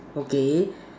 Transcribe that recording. okay